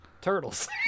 Turtles